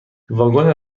واگن